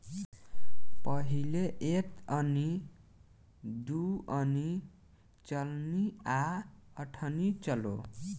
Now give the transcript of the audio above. पहिले एक अन्नी, दू अन्नी, चरनी आ अठनी चलो